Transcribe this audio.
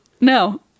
No